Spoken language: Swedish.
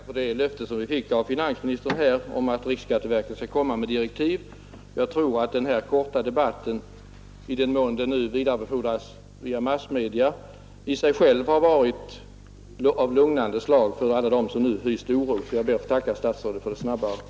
Herr talman! Jag tackar för det löfte som vi fick av finansministern om att riksskatteverket skall komma med direktiv. Jag tror att den här korta debatten, i den mån den nu vidarebefordras via massmedia, i sig själv har varit av lugnande slag för alla dem som hyst oro. Än en gång ber jag att få tacka statsrådet för det snabba svaret.